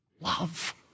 Love